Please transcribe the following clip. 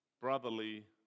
brotherly